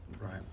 Right